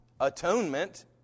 atonement